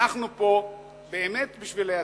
אנחנו פה באמת בשביל העתיד.